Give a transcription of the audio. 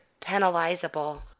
Penalizable